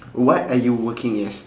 what are you working as